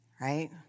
Right